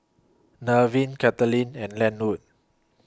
Nevin Caitlynn and Lenwood